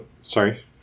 Sorry